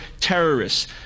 terrorists